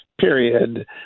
period